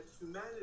humanity